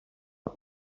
the